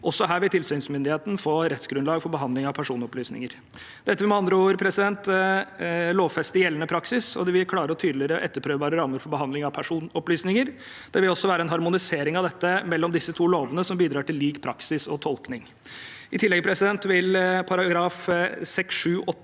Også her vil tilsynsmyndigheten få rettsgrunnlag for behandling av personopplysninger. Dette vil med andre ord lovfeste gjeldende praksis, og det vil gi klare og tydeligere etterprøvbare rammer for behandling av personopplysninger. Det vil også være en harmonisering av dette mellom disse to lovene, som bidrar til lik praksis og tolkning. I tillegg vil §§ 6,